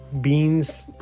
beans